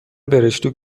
برشتوک